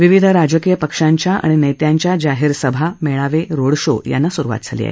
विविध राजकीय पक्षांच्या आणि नेत्यांच्या जाहीर सभा मेळावे रोड शो यांना सुरुवात झाली आहे